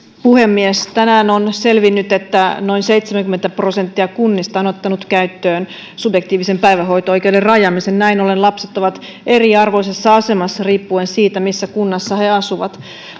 puhemies tänään on selvinnyt että noin seitsemänkymmentä prosenttia kunnista on ottanut käyttöön subjektiivisen päivähoito oikeuden rajaamisen näin ollen lapset ovat eriarvoisessa asemassa riippuen siitä missä kunnassa he asuvat